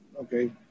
Okay